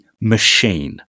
machine